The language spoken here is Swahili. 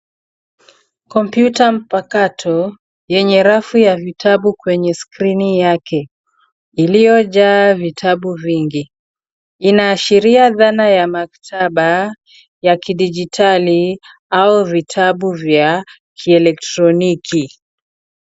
Kompyuta mpakato yenye rafu ya vitabu kwenye skrini yake iliyojaa vitabu vingi. Inaashiria dhana ya maktaba ya kidigitali au vitabu kwa kielektroniki.